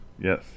Yes